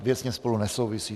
Věcně spolu nesouvisí.